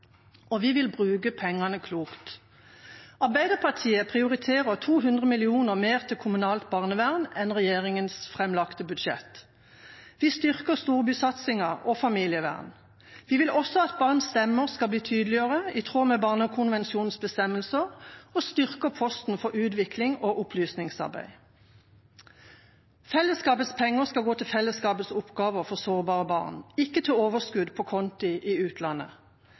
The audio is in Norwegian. og vi vil bruke pengene klokt. Arbeiderpartiet prioriterer 200 mill. kr mer til kommunalt barnevern enn regjeringas framlagte budsjett. Vi styrker storbysatsingen og familievern. Vi vil også at barns stemmer skal bli tydeligere, i tråd med barnekonvensjonens bestemmelser, og styrker posten for utvikling og opplysningsarbeid. Fellesskapets penger skal gå til fellesskapets oppgaver for sårbare barn, ikke til overskudd på konti i utlandet.